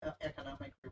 economic